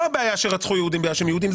לא זה שרצחו יהודים בגלל שהם יהודים.